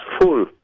full